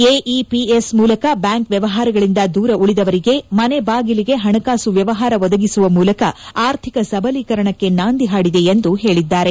AEPS ಮೂಲಕ bank ವ್ಚವಹಾರಗಳಿಂದ ದೂರ ಉಳಿದವರಿಗೆ ಮನೆ ಬಾಗಿಲಿಗೆ ಹಣಕಾಸು ವ್ಚವಹಾರ ಒದಗಿಸುವ ಮೂಲಕ ಆರ್ಥಿಕ ಸಬಲೀಕರಣಕ್ಕೆ ನಾಂದಿ ಹಾಡಿದೆ ಎಂದು ಹೇಳಿದ್ದಾರೆ